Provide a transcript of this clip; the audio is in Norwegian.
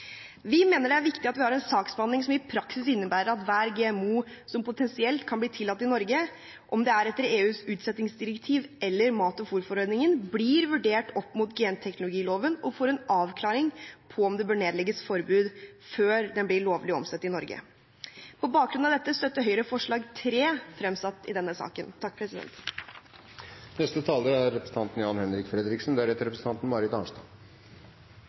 Vi mener det er viktig at vi har en saksbehandling som i praksis innebærer at hver GMO som potensielt kan bli tillatt i Norge, om det er etter EUs utsettingdirektiv eller mat- og fôrforordningen, blir vurdert opp mot genteknologiloven og får en avklaring av om det bør nedlegges forbud, før den blir lovlig å omsette i Norge. På bakgrunn av dette støtter Høyre innstillingens forslag til vedtak III fremsatt i denne saken.